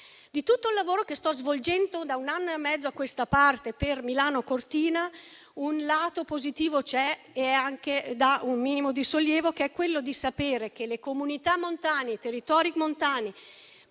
In tutto il lavoro che sto svolgendo da un anno e mezzo a questa parte per Milano-Cortina un lato positivo c'è, che dà anche un minimo di sollievo, ed è sapere che le comunità montane, i territori montani